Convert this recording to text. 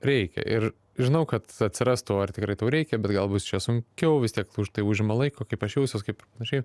reikia ir žinau kad atsirastų ar tikrai tau reikia bet gal bus čia sunkiau vis tiek tu už tai užima laiko kaip aš jausiuos kaip šiaip